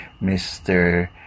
Mr